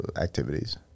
activities